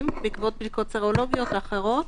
בעקבות בדיקות סרולוגיות או אחרות,